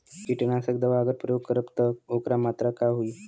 कीटनाशक दवा अगर प्रयोग करब त ओकर मात्रा का होई?